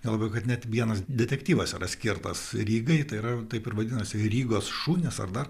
galvojau kad net vienas detektyvas yra skirtas rygai tai yra taip ir vadinosi rygos šunys ar dar